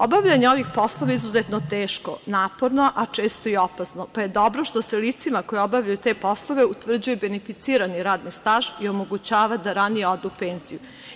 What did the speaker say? Obavljanje ovih poslova je izuzetno teško, naporno, a često i opasno, pa je dobro što se licima koja obavljaju te poslove utvrđuje beneficirani radni staž i omogućava da ranije odu u penziju.